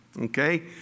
Okay